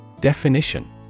Definition